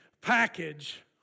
package